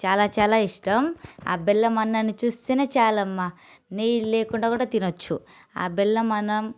చాలా చాలా ఇష్టం ఆ బెల్లమన్నాన్ని చూస్తేనే చాలమ్మా నెయ్యి లేకుండా కూడా తినవచ్చు ఆ బెల్లమన్నం